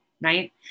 right